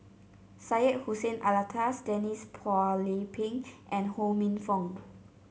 Syed Hussein Alatas Denise Phua Lay Peng and Ho Minfong